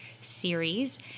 series